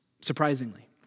surprisingly